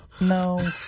No